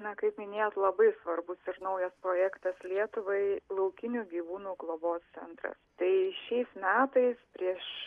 na kaip minėjot labai svarbus ir naujas projektas lietuvai laukinių gyvūnų globos centras tai šiais metais prieš